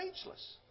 speechless